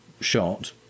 shot